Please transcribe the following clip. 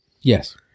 Yes